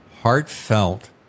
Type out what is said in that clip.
heartfelt